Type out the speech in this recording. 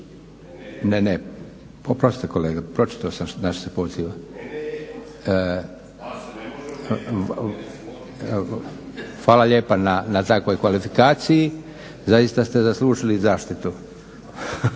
… Oprostite kolega, pročitao sam na što se poziva. Hvala lijepa na takvoj kvalifikaciji zaista se zaslužili zaštitu.